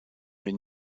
den